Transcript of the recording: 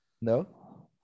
No